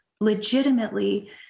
legitimately